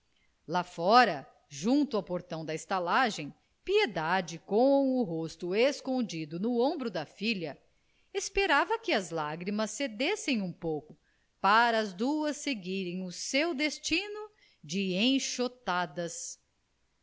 lá fora junto ao portão da estalagem piedade com o rosto escondido no ombro da filha esperava que as lágrimas cedessem um pouco para as duas seguirem o seu destino de enxotadas